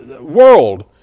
world